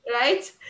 right